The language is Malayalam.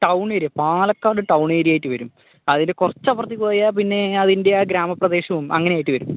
ടൗൺ ഏരിയ പാലക്കാട് ടൗൺ ഏരിയയായിട്ട് വരും അതിൽ കുറച്ചപ്പുറത്തേക്ക് പോയാൽപ്പിന്നെ അതിൻ്റെ ആ ഗ്രാമ പ്രദേശവും അങ്ങനെയായിട്ട് വരും